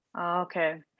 okay